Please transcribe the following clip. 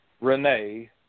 Renee